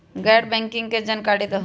गैर बैंकिंग के जानकारी दिहूँ?